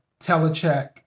telecheck